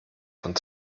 von